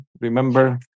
Remember